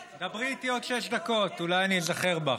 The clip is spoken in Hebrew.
דברי איתי עוד שש דקות, אולי אני איזכר בך.